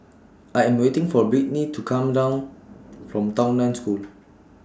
I Am waiting For Brittnee to Come down from Tao NAN School